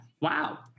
Wow